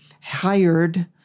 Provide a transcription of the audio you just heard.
hired